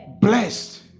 blessed